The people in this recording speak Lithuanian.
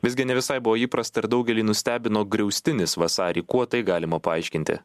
visgi ne visai buvo įprasta ir daugelį nustebino griaustinis vasarį kuo tai galima paaiškinti